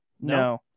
no